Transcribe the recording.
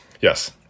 Yes